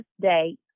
date